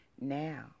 now